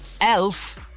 Elf